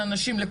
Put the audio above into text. על הנשים,